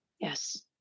Yes